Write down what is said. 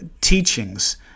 teachings